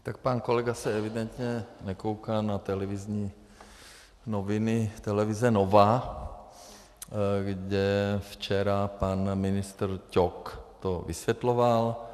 Tak pan kolega se evidentně nekouká na televizní noviny televize Nova, kde včera pan ministr Ťok to vysvětloval.